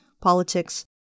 politics